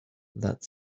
that